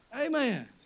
Amen